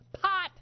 pot